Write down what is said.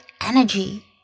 energy